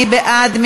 מי בעד?